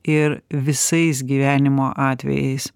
ir visais gyvenimo atvejais